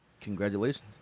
Congratulations